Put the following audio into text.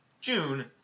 June